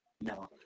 No